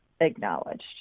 acknowledged